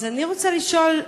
אני רוצה לשאול: